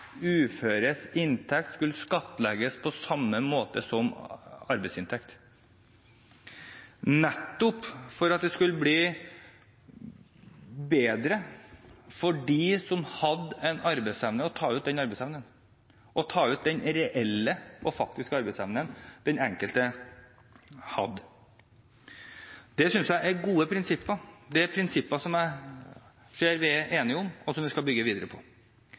uføres inntekt skulle skattlegges på samme måte som arbeidsinntekt, nettopp for at det skulle bli bedre for dem som hadde en arbeidsevne, å ta ut den reelle og faktiske arbeidsevnen den enkelte hadde. Dette synes jeg er gode prinsipper. Det er prinsipper som jeg ser vi er enige om, og som vi skal bygge videre på.